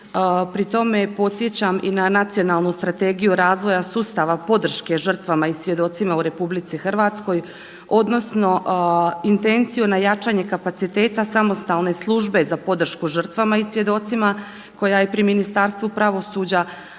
Pri tome podsjećam i na Nacionalnu strategiju razvoja sustava podrške žrtvama i svjedocima u RH, odnosno intenciju na jačanje kapaciteta samostalne Službe za podršku žrtvama i svjedocima koja je pri Ministarstvu pravosuđa,